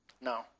No